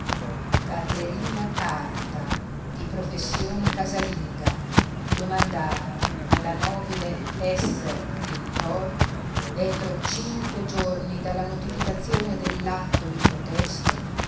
caterina carta di professione casalinga domandava alla nobile ester pintor entro cinque giorni dalla notificazione dell'atto di protesto